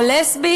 או לסבית,